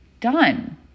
Done